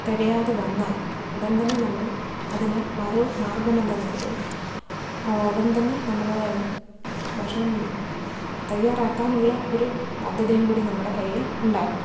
തികയാതെ വന്നാൽ ഉടൻ തന്നെ നമ്മൾ അതിന് മറു മാർഗ്ഗമെന്ന നിലയിൽ ഉടൻ തന്നെ നമ്മൾ ഭക്ഷണം തയ്യാറാക്കാനുള്ള ഒരു പദ്ധ്തിയും കൂടി നമ്മുടെ കയ്യിൽ ഉണ്ടാകണം